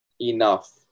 enough